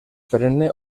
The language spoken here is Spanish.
perenne